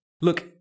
Look